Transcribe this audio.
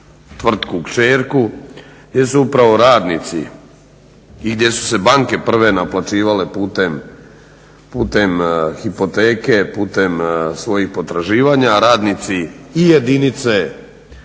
tvrtku kćerku gdje su upravo radnici i gdje su se banke prve naplaćivale putem hipoteke, putem svojih potraživanja, a radnici i jedinice